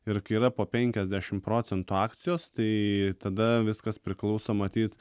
ir kai yra po penkiasdešim procentų akcijos tai tada viskas priklauso matyt